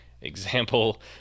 example